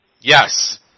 Yes